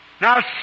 Now